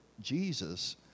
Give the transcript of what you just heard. Jesus